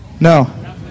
No